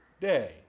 Day